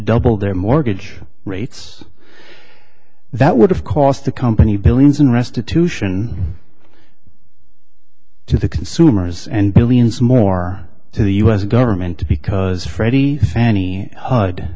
doubled their mortgage rates that would have cost the company billions in restitution to the consumers and billions more to the u s government because freddie fann